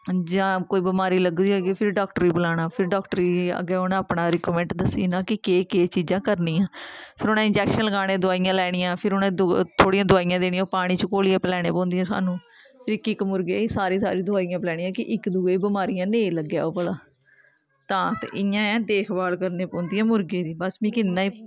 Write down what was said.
जां कोई बमारी लग्गी दी होए गी फ्ही डाक्टर गी बलाना फ्ही डाक्टर गी अग्गें उ'नें अपना रिकमैंड दस्सी ओड़ना कि केह् केह् चीजां करनियां फिर उ'नेंगी इंजैक्शन लगाने दवाइयां लैनियां फिर उ'नें थोह्ड़ियां दवाइयां देनियां ओह् पानी च घोलियै पलाने पौंदियां सानूं इक इक मुर्गी गी सारियां सारियां दवाइयां पलैनियां कि इक दुए गी बमारियां नेईं लग्गै ओह् भला तां ते इ'यां ऐ देखभाल करनी पौंदी ऐ मुर्गें दी बस मिगी इन्ना गै